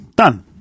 Done